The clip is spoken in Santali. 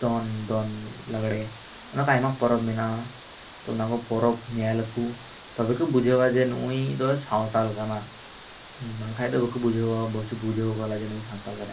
ᱫᱚᱝ ᱫᱚᱝ ᱞᱟᱜᱽᱲᱮ ᱚᱱᱟ ᱠᱚ ᱟᱭᱢᱟ ᱯᱚᱨᱚᱵᱽ ᱢᱮᱱᱟᱜᱼᱟ ᱛᱚ ᱚᱱᱟ ᱠᱚ ᱯᱚᱨᱚᱵᱽ ᱧᱮᱞ ᱟᱠᱚ ᱛᱚᱵᱮ ᱠᱚ ᱵᱩᱡᱷᱟᱹᱣᱼᱟ ᱡᱮ ᱱᱩᱜ ᱩᱭ ᱫᱚ ᱥᱟᱱᱛᱟᱲ ᱠᱟᱱᱟᱭ ᱵᱟᱝᱠᱷᱟᱱ ᱫᱚ ᱵᱟᱠᱚ ᱵᱩᱡᱷᱟᱹᱣᱟ ᱡᱮ ᱥᱟᱱᱛᱟᱲ ᱠᱟᱱᱟᱭ